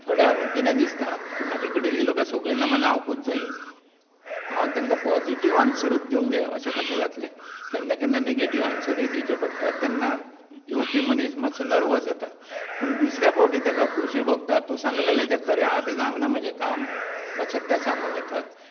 थोड्यांक कितें दिसता की म्हाजे कडेन येयलो काय सगळी कामां जांवकूच जायी हांव तेंका पोजिटीव आन्सरूच दिवंक जायो अशे कशें जातलें केन्ना केन्ना नॅगेटीव आन्सरूय दिवचें पडटा तेन्ना येवपी मनीस मात्सो नर्वस जाता पूण दुसऱ्या फावटी तेका खोशी भोगता तूं सांगलेलें तें खरें आं तें जांगना म्हजे काम अशें ते सांगोंक येतात